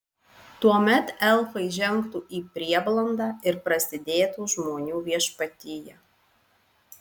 tuomet elfai žengtų į prieblandą ir prasidėtų žmonių viešpatija